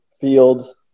fields